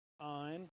on